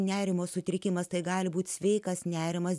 nerimo sutrikimas tai gali būti sveikas nerimas